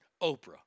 Oprah